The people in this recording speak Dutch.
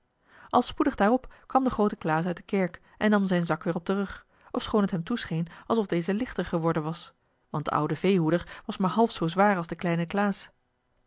al spoedig daarop kwam de groote klaas uit de kerk en nam zijn zak weer op den rug ofschoon het hem toescheen alsof deze lichter geworden was want de oude veehoeder was maar half zoo zwaar als de kleine klaas